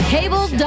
Cable